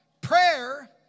prayer